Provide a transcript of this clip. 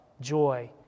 joy